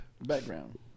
Background